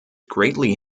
greatly